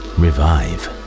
revive